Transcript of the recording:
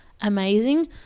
amazing